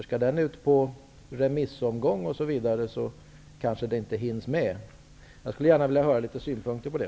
Skall den ut på remissomgång kanske det inte hinns med. Jag skulle gärna vilja höra synpunkter på det.